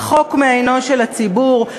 רחוק מעינו של הציבור.